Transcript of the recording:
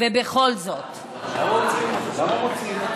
ובכל זאת, למה מוציאים אותן?